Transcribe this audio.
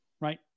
Right